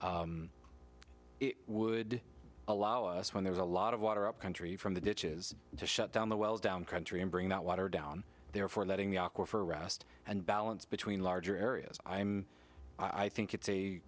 it would allow us when there's a lot of water up country from the ditches to shut down the wells down country and bring that water down there for letting the awkward for rest and balance between larger areas i'm i think it's a